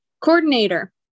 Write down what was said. Coordinator